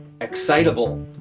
excitable